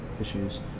issues